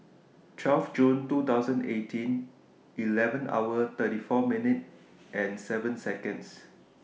twelve June two thousand eighteen eleven hour thirty four minutes seven Seconds